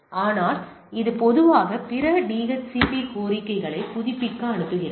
ஆனால் இது பொதுவாக பிற DHCP கோரிக்கைகளை புதுப்பிக்க அனுப்புகிறது